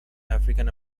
african